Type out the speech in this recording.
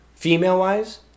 Female-wise